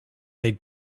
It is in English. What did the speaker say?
they